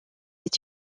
est